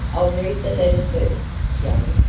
i'll read the letter first, joe.